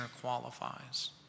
qualifies